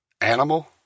animal